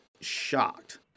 shocked